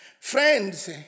Friends